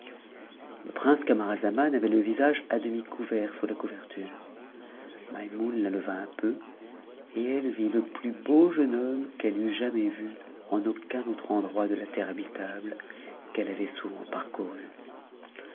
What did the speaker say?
couché mc camaralzaman avait le visage à demi couvert sous la couverture maimoune la leva un peu et elle vit le plus beau jeune hotmuc qu'elle eût jamais vu en aucun endroit de la terre habitable qu'eite avait souvent parcourue